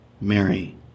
Mary